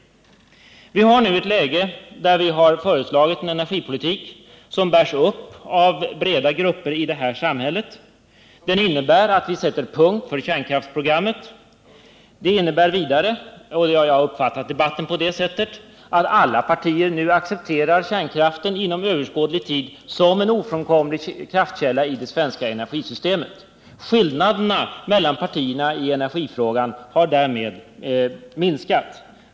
Vi har nu föreslagit en energipolitik som bärs upp av breda grupper i samhället. Den innebär att vi sätter punkt för kärnkraftsprogrammet. Den innebär vidare — jag har uppfattat debatten på det sättet — att alla partier nu accepterar kärnkraften under överskådlig tid som en ofrånkomlig kraftkälla i det svenska energisystemet. Skillnaderna mellan partierna i energifrågan har därmed minskat.